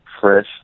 fresh